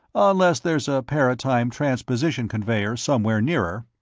unless there's a paratime-transposition conveyor somewhere nearer.